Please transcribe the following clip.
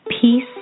peace